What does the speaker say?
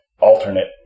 alternate